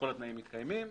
מתקיימים